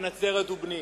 בן נצרת ובני.